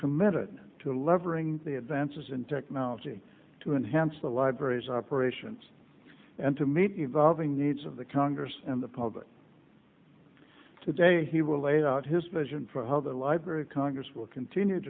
committed to levering the advances in technology to enhance the libraries operations and to meet evolving needs of the congress and the public today he will lay out his vision for how the library of congress will continue